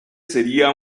sería